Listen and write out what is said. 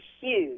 huge